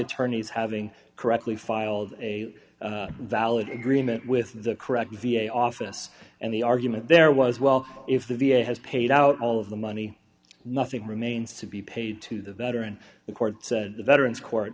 attorneys having correctly filed a valid agreement with the correct v a office and the argument there was well if the v a has paid out all of the money nothing remains to be paid to the veteran the court said the veterans court